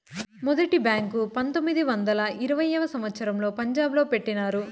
మొదటి బ్యాంకు పంతొమ్మిది వందల ఇరవైయవ సంవచ్చరంలో పంజాబ్ లో పెట్టినారు